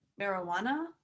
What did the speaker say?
marijuana